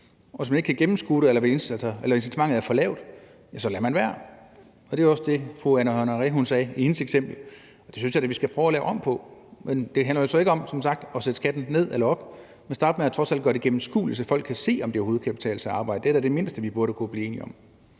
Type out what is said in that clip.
Og hvis man ikke kan gennemskue det, eller hvis incitamentet er for lille, lader man være. Det var også det, fru Anne Honoré Østergaard viste med sit eksempel. Det synes jeg da vi skal prøve at lave om på. Det handler som sagt hverken om at få sat skatten ned eller op, men om at starte med at gøre det gennemskueligt, så folk kan se, om det overhovedet kan betale sig at arbejde. Det burde da være det mindste, vi kunne blive enige om.